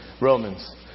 Romans